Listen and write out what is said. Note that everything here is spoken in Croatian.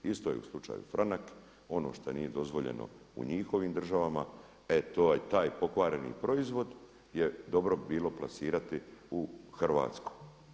Isto je u slučaju franak, ono što nije dozvoljeno u njihovim državama e to je taj pokvareni proizvod je dobro bilo plasirati u Hrvatsku.